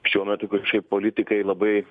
šiuo metu kažkaip politikai labai